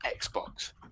Xbox